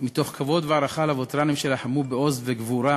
מתוך כבוד והערכה לווטרנים שלחמו בעוז ובגבורה